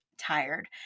tired